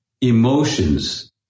Emotions